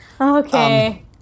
Okay